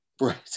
Right